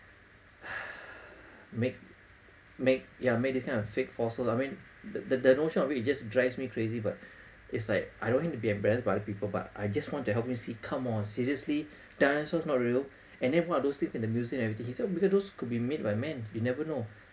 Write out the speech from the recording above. make make yeah make this kind of fake fossil I mean the the notion of it's just drives me crazy but it's like I don't want him to be embarrassed by other people but I just want to help him see come on seriously dinosaurs not real and what are those things in the museum and everything he said maybe those could be made by man you'd never know